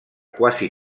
quasi